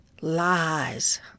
Lies